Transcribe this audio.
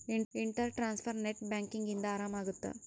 inter transfer net banking ಇಂದ ಆರಾಮ ಅಗುತ್ತ